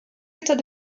état